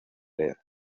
leer